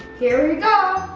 here we go, oh,